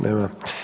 Nema.